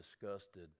disgusted